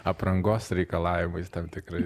aprangos reikalavimais tam tikrai